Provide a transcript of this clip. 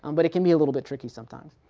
um but it can be a little bit tricky sometimes.